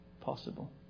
possible